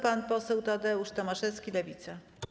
Pan poseł Tadeusz Tomaszewski, Lewica.